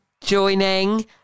joining